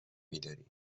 میداریم